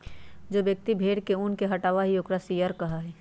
जो व्यक्ति भेड़ के ऊन के हटावा हई ओकरा शियरर कहा हई